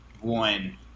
one